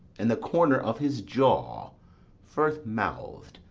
in the corner of his jaw first mouthed,